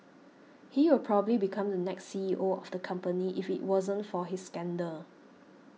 he will probably become the next C E O of the company if it wasn't for his scandal